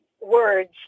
words